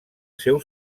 seu